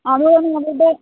അത് അവളുടെ